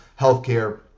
healthcare